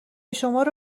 شمارو